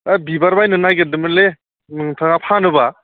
बिबार बायनो नागिरदोंमोनलै नोंथाङा फानोबा